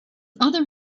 other